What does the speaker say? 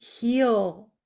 heal